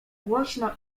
głośno